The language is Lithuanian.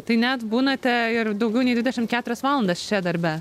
tai net būnate ir daugiau nei dvidešimt keturias valandas čia darbe